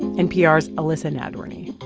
npr's elissa nadworny